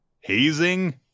hazing